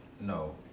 No